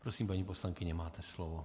Prosím, paní poslankyně, máte slovo.